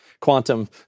quantum